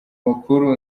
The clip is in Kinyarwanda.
makuru